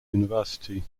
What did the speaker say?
university